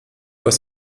was